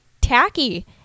tacky